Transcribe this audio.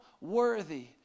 worthy